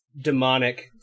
demonic